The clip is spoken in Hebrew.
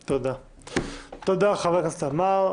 תודה, חבר הכנסת עמאר.